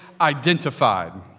identified